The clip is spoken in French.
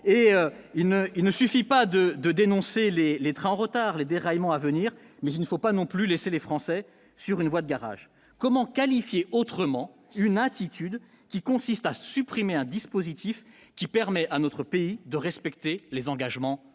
ne il ne suffit pas de de dénoncer les les trains en retard, les déraillements à venir mais il ne faut pas non plus laisser les Français sur une voie de garage, comment qualifier autrement, une attitude qui consiste à supprimer un dispositif qui permet à notre pays de respecter les engagements